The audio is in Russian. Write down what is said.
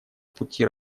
пути